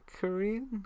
Korean